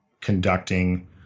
conducting